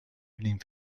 evening